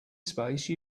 space